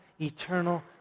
eternal